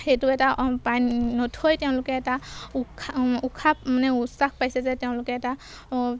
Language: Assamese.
সেইটো এটা নথৈ তেওঁলোকে এটা উশাহ উশাহ মানে উৎসাহ পাইছে যে তেওঁলোকে এটা